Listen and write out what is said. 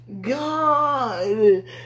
God